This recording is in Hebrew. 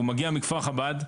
הוא מגיע מכפר חב"ד,